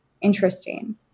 interesting